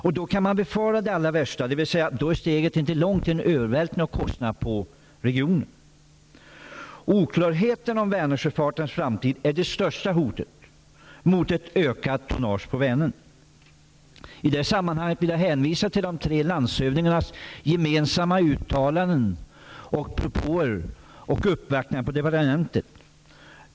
Man kan då befara det allra värsta, dvs. då är steget inte långt till en övervältring av kostnader på regionen. Oklarheten om Vänersjöfartens framtid är det största hotet mot ett ökat tonnage på Vänern. I det sammanhanget vill jag hänvisa till de tre landshövdingarnas gemensamma uttalanden, propåer och uppvaktningar på departementet.